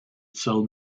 cell